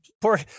poor